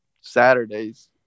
Saturdays